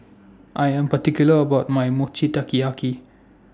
I Am particular about My Mochi Taikiyaki